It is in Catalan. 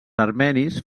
armenis